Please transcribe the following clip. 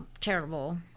terrible